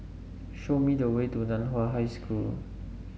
show me the way to Nan Hua High School